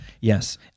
Yes